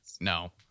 No